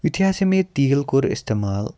یُتھے ہَسا مےٚ یہِ تیٖل کوٚر اِستعمال